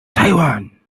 taiwan